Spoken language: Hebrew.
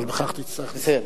אבל בכך תצטרך לסיים.